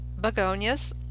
begonias